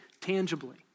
tangibly